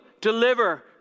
deliver